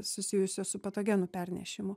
susijusios su patogenų pernešimu